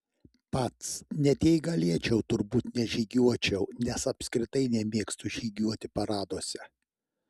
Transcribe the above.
pats net jei galėčiau turbūt nežygiuočiau nes apskritai nemėgstu žygiuoti paraduose